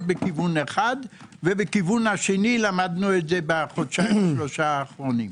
בכיוון אחד ובכיוון השני למדנו את זה בחודשיים-שלושה האחרונים.